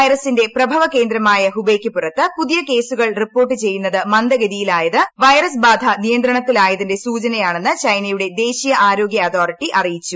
വൈറസിന്റെ പ്രഭവകേന്ദ്രമായ ഹുബെയ്ക്ക് പുറത്ത് പുതിയ കേസുകളുടെ റിപ്പോർട്ട് ചെയ്യുന്നത് മന്ദഗതിയിലായത് വൈറസ്ബാധ നിയന്ത്രണത്തിലായതിന്റെ സൂചനയാണെന്ന് ചൈനയുടെ ദേശീയ ആരോഗ്യ അതോറിറ്റി അറിയിച്ചു